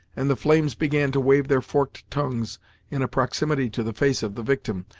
and the flames began to wave their forked tongues in a proximity to the face of the victim,